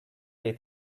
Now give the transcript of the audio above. they